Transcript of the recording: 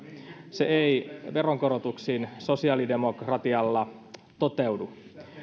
se ei veronkorotuksin sosiaalidemokratialla toteudu